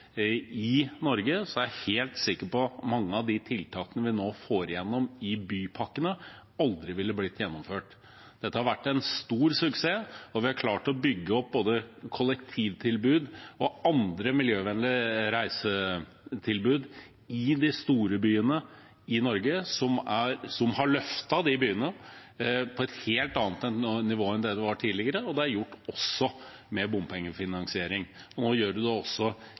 i Norge, er jeg helt sikker på at mange av tiltakene vi nå får igjennom i bypakkene, aldri ville blitt gjennomført. Dette har vært en stor suksess, og vi har klart å bygge opp både kollektivtilbud og andre miljøvennlige reisetilbud i de store byene i Norge. Det har løftet de byene til et helt annet nivå enn tidligere, og det er gjort også ved bompengefinansiering. Nå gjør vi det